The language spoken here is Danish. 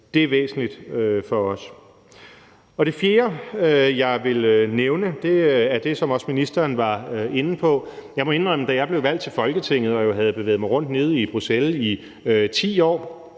Det er væsentligt for os. Det fjerde, jeg vil nævne, er det, som også ministeren var inde på. Jeg må indrømme, at da jeg blev valgt til Folketinget og havde bevæget mig rundt nede i Bruxelles i 10 år